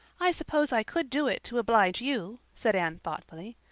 i suppose i could do it to oblige you, said anne thoughtfully.